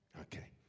Okay